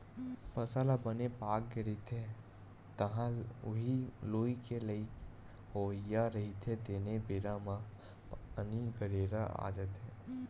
फसल ह बने पाकगे रहिथे, तह ल उही लूए के लइक होवइया रहिथे तेने बेरा म पानी, गरेरा आ जाथे